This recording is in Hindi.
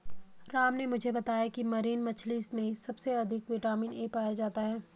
राम ने मुझे बताया की मरीन मछली में सबसे अधिक विटामिन ए पाया जाता है